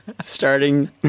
starting